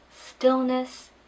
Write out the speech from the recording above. stillness